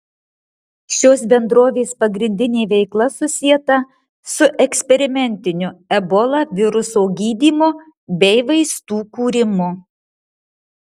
šios bendrovės pagrindinė veikla susieta su eksperimentiniu ebola viruso gydymu bei vaistų kūrimu